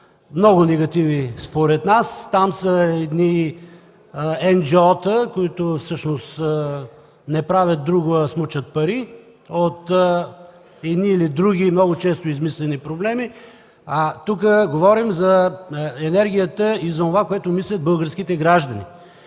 много негативи според нас. Там са едни NGO-та, които всъщност не правят друго, а смучат пари от едни или други, много често измислени, проблеми. Тук говорим за енергията и за онова, което мислят българските граждани.